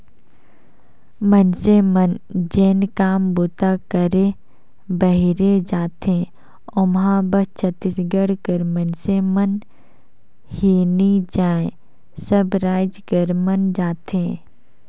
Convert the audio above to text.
मइनसे मन जेन काम बूता करे बाहिरे जाथें ओम्हां बस छत्तीसगढ़ कर मइनसे मन ही नी जाएं सब राएज कर मन जाथें